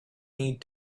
need